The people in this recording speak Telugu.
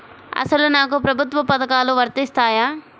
అసలు నాకు ప్రభుత్వ పథకాలు వర్తిస్తాయా?